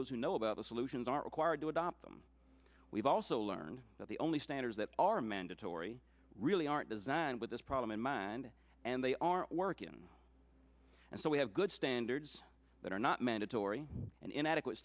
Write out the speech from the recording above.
those who know about the solutions are required to adopt them we've also learned that the only standards that are mandatory really aren't designed with this problem in mind and they are working and so we have good standards that are not mandatory and inadequate